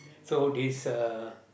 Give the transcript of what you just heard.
so this uh